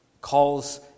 calls